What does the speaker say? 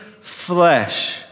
flesh